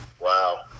wow